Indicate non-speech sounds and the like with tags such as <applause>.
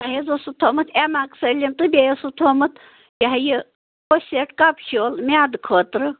تۄہہِ حظ اوسو تھوٚمُت اٮ۪ماکسٔلِن تہٕ بیٚیہِ اوسو تھوٚمُت یہِ ہَہ یہِ <unintelligible> کَپشوٗل میٛادٕ خٲطرٕ